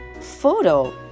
photo